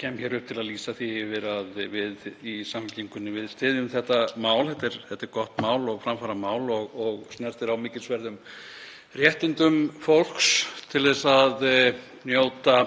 kem hér upp til að lýsa því yfir að við í Samfylkingunni styðjum þetta mál. Þetta er gott mál og framfaramál og snertir á mikilsverðum réttindum fólks til að njóta